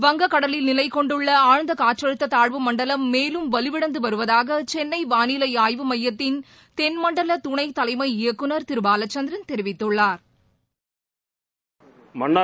வங்கக் கடலில் நிலைக் கொண்டுள்ள ஆழ்ந்த காற்றழுத்த தாழ்வு மண்டலம் மேலும் வலுவிழந்து வருவதாக சென்னை வாளிலை ஆய்வு மையத்தின் தென்மண்டல துணை தலைமை இயக்குநர் திரு பாலச்சந்திரன் தெரிவித்துள்ளார்